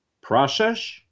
Process